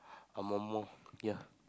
err more ya